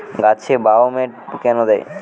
গাছে বায়োমেট কেন দেয়?